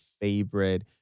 favorite